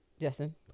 Justin